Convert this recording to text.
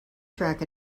track